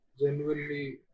genuinely